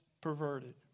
perverted